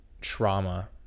trauma